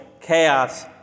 chaos